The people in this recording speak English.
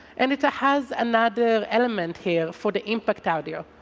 and it has another element here for the impact audio.